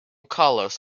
colors